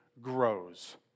grows